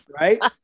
Right